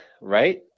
Right